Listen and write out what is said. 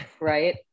right